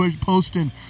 posting